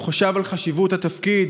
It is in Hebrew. הוא חשב על חשיבות התפקיד,